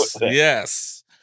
Yes